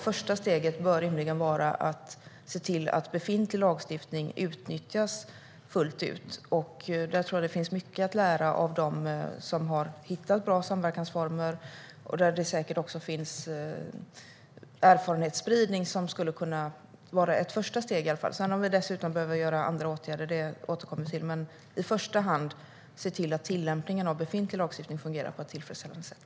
Första steget bör rimligen vara att se till att befintlig lagstiftning utnyttjas fullt ut. Där tror jag att det finns mycket att lära av dem som har hittat bra samverkansformer där det säkert också finns erfarenhetsspridning som i varje fall skulle kunna vara ett första steg. Om vi sedan dessutom behöver andra åtgärder återkommer vi till det. Men i första hand ska vi se till att tillämpningen av befintlig lagstiftning fungerar på ett tillfredsställande sätt.